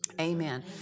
Amen